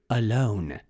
alone